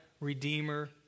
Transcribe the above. Redeemer